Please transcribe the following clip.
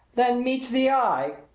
than meets the eye!